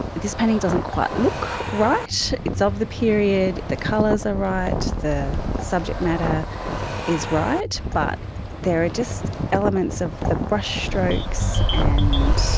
this painting doesn't quite look right. it's of the period. the colours are right. the subject matter is right. but there are just elements of the brushstrokes and